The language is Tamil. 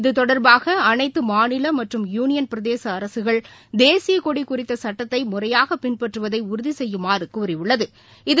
இதுதொடர்பாகஅனைத்துமாநிலமற்றும் யூனியன் பிரதேசஅரசுகள் தேசியகொடிகுறித்தசுட்டத்தைமுறையாகபின்பற்றுவதைஉறுதிசெய்யுமாறுகூறியுள்ளது